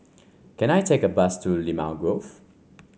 can I take a bus to Limau Grove